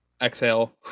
exhale